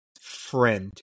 friend